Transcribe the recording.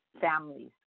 families